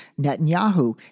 Netanyahu